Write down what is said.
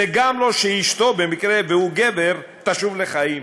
זה גם לא שאשתו, במקרה שהוא גבר, תשוב לחיים.